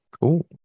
Cool